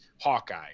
Hawkeye